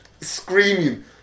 screaming